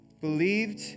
believed